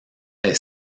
est